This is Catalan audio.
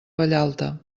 vallalta